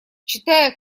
читая